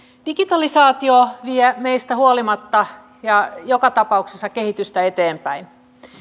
digitalisaatio vie meistä huolimatta ja joka tapauksessa kehitystä eteenpäin